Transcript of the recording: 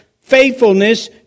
faithfulness